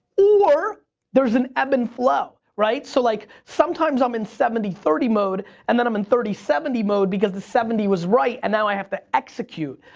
or there's an ebb and flow, so like sometimes i'm in seventy thirty mode, and then i'm in thirty seventy mode because the seventy was right and now i have to execute.